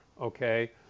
okay